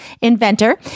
inventor